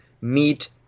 meet